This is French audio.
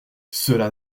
cela